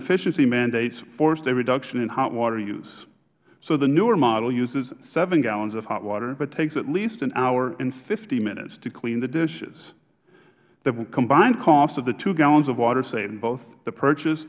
efficiency mandates forced a reduction in hot water use so the newer model uses seven gallons of hot water but takes at least an hour and fifty minutes to clean the dishes the combined cost of the two gallons of water saved in both the purchase